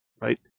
right